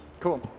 cool.